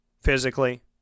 physically